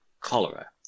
cholera